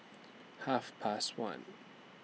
Half Past one